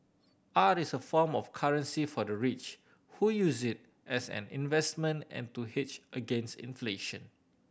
art is a form of currency for the rich who use it as an investment and to hedge against inflation